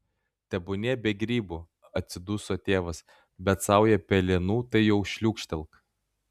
tebūnie be grybų atsiduso tėvas bet saują pelenų tai jau šliūkštelk